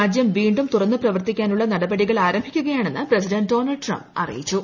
രാജ്യം വീണ്ടും തുറന്ന് പ്രവർത്തിക്കാനുള്ള നടപടികൾ ആരംഭിക്കുകയാണെന്ന് പ്രസിഡന്റ് ഡോണൾഡ് ട്രംപ് അറിയിച്ചു